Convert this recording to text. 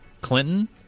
Clinton